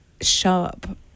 sharp